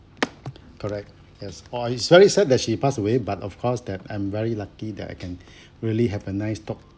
correct yes orh it's very sad that she passed away but of course that I'm very lucky that I can really have a nice talk